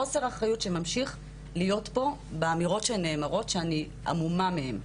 חוסר האחריות שממשיך להיות פה באמירות שנאמרות שאני המומה מהן.